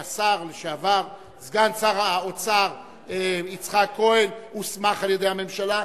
סגן שר האוצר יצחק כהן הוסמך על-ידי הממשלה.